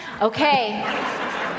Okay